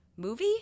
Movie